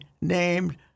named